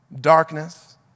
darkness